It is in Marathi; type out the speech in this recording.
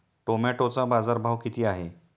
टोमॅटोचा बाजारभाव किती आहे?